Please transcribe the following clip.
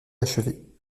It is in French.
achevé